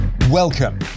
Welcome